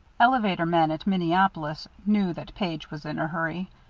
elevator men at minneapolis knew that page was in a hurry,